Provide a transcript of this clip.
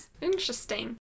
Interesting